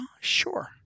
sure